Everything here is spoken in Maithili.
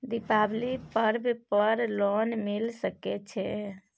दीपावली पर्व पर लोन मिल सके छै?